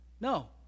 No